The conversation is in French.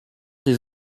des